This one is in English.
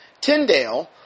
Tyndale